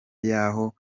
y’aho